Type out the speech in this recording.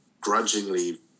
grudgingly